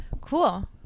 Cool